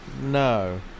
No